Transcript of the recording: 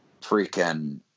freaking